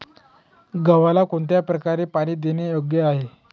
गव्हाला कोणत्या प्रकारे पाणी देणे योग्य आहे?